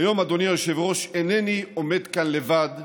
היום, אדוני היושב-ראש, אינני עומד כאן לבד,